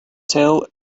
tell